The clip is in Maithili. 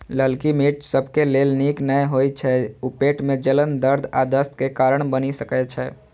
ललकी मिर्च सबके लेल नीक नै होइ छै, ऊ पेट मे जलन, दर्द आ दस्त के कारण बनि सकै छै